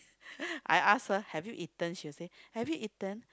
I ask her have you eaten she will said have you eaten